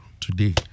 today